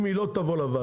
אם היא לא תבוא לוועדה,